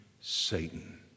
Satan